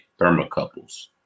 thermocouples